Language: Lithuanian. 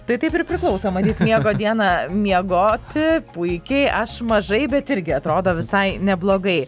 tai taip ir priklauso matyt miego dieną miegoti puikiai aš mažai bet irgi atrodo visai neblogai